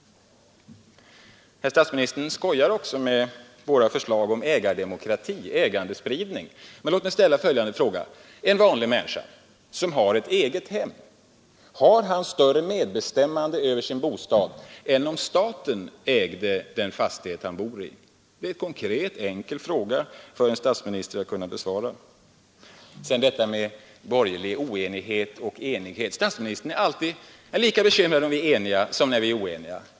Statsministern skojar med våra förslag om ägardemokrati, ägandespridning. Men låt mig ställa följande fråga: Har en person som förfogar över ett eget hem större medbestämmande över sin bostad än han skulle ha om staten ägde den fastighet han bor i? Det är en enkel och konkret fråga för en statsminister att besvara. Sedan detta med borgerlig oenighet. Statsministern är lika bekymrad om vi är eniga som när vi är oeniga.